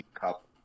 cup